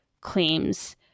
claims